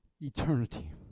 eternity